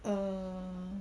err